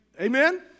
Amen